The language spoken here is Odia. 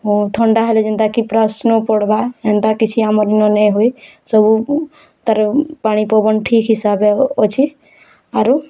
ହଁ ଥଣ୍ଡା ହେଲେ ଯେନ୍ତା ପୁରା ସ୍ନୋ ପଡ଼୍ବା ଏନ୍ତା କିଛି ଆମର୍ ନାଇଁ ହୁଏ ସବୁ ତା'ର୍ ପାଣିପବନ ଠିକ୍ ହିସାବେ ଅଛି ଆରୁ